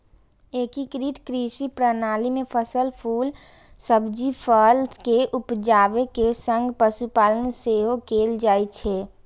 एकीकृत कृषि प्रणाली मे फसल, फूल, सब्जी, फल के उपजाबै के संग पशुपालन सेहो कैल जाइ छै